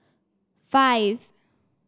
five